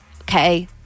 Okay